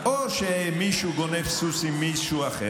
או שמישהו גונב סוס עם מישהו אחר,